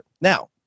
Now